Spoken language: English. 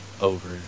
over